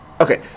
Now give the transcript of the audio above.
okay